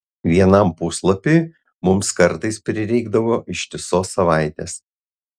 vienam puslapiui mums kartais prireikdavo ištisos savaitės